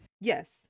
yes